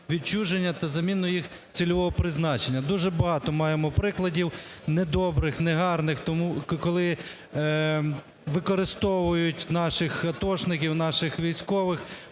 відчуження та заміною їх цільового призначення. Дуже багато маємо прикладів недобрих, негарних, тому коли використовують наших атошників, наших військових,